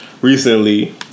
recently